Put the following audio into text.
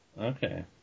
okay